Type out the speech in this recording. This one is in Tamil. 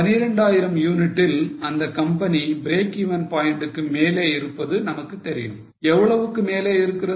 12000 யூனிட்டில் அந்த கம்பெனி breakeven point க்கு மேலே இருப்பது நமக்கு தெரியும் எவ்வளவுக்கு மேலே இருக்கிறது